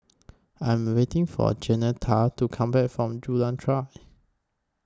I Am waiting For Jaunita to Come Back from Jalan Turi